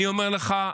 אני אומר לך,